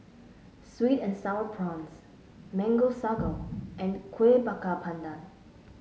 sweet and sour prawns Mango Sago and Kueh Bakar Pandan